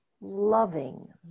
loving